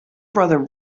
brother